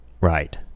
Right